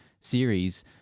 series